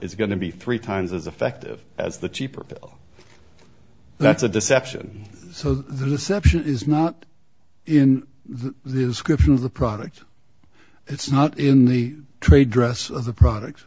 is going to be three times as effective as the cheaper that's a deception so the deception is not in the script of the product it's not in the trade dress of the products